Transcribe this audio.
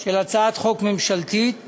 של הצעת חוק ממשלתית